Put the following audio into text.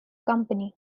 company